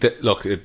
look